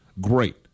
Great